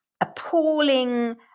appalling